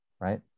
right